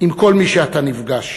עם כל מי שאתה נפגש.